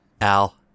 Al